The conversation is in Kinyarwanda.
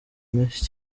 menshi